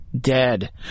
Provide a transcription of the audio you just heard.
dead